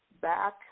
back